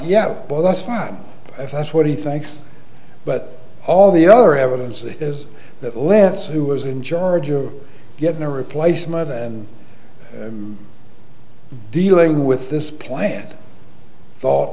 yeah well that's fine if that's what he thinks but all the other evidence of that is that let's who was in charge of getting a replacement and dealing with this plan thought